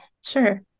Sure